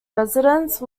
residence